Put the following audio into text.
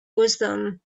wisdom